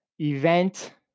event